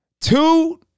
Two